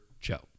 Joe